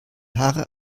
haare